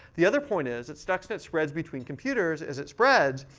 the other point is that stuxnet spreads between computers. as it spreads,